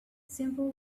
simply